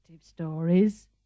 stories